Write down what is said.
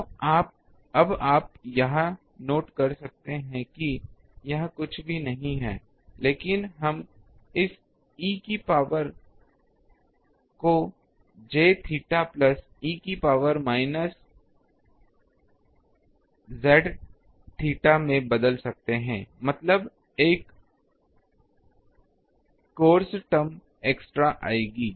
तो अब आप यह नोट कर सकते हैं कि यह कुछ भी नहीं है लेकिन हम इस ई की पावर को j थीटा प्लस e की पावर माइनस z थीटा में बदल सकते हैं मतलब एक कोस टर्म एक्स्ट्रा आएगी